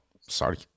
Sorry